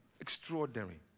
extraordinary